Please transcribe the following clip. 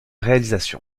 réalisation